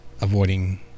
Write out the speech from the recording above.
avoiding